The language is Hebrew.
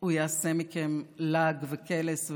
הוא יעשה מכם לעג וקלס,